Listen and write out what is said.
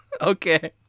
Okay